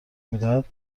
میدهد